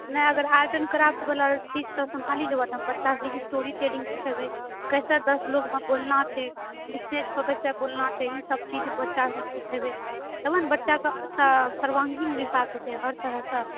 नहि अगर art and craft वाला चीज सम्भाली लेबऽ तऽ हम बच्चा सबके स्टोरी टेलिंग सिखेबै कैसे दस लोगमे बोलना छै स्टेज पर कैसे बोलना छै ई सब चीज बच्चा सबके सिखेबै तबे ने बच्चा सबकेँ सर्वांगीण विकास हेतै हर तरहसँ